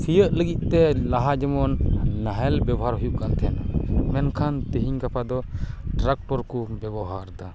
ᱥᱤᱭᱳᱜ ᱞᱟᱹᱜᱤᱫ ᱛᱮ ᱞᱟᱦᱟ ᱡᱮᱢᱚᱱ ᱱᱟᱦᱮᱞ ᱵᱮᱵᱚᱦᱟᱨ ᱦᱩᱭᱩᱜ ᱠᱟᱱ ᱛᱟᱦᱮᱸᱱᱟ ᱢᱮᱱᱠᱷᱟᱱ ᱛᱤᱦᱤᱧ ᱜᱟᱯᱟ ᱫᱚ ᱴᱨᱟᱠᱴᱚᱨ ᱠᱚ ᱵᱮᱵᱚᱦᱟᱨ ᱮᱫᱟ